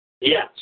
Yes